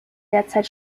derzeit